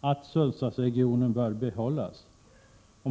att Sundsvallsregionen bör behållas.